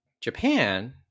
Japan